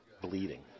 bleeding